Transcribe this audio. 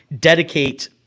dedicate